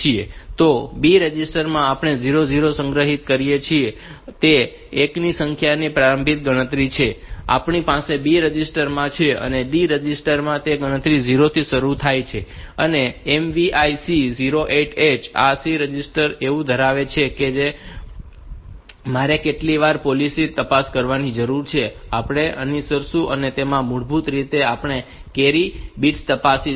તો B register માં આપણે 00 સંગ્રહિત કરીએ છીએ તે એકની સંખ્યાની પ્રારંભિક ગણતરી છે જે આપણી પાસે B રજિસ્ટર માં છે અને D રજિસ્ટર માં તે ગણતરી 0 થી શરુ થાય છે અને MVI C 08H આ C રજિસ્ટર એવું ધરાવે છે કે મારે કેટલી વાર પોલિસી તપાસવાની જરૂર છે જે આપણે અનુસરીશું અને તેમાં મૂળભૂત રીતે આપણે કેરી બીટ તપાસીશું